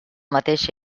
mateix